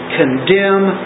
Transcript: condemn